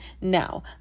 now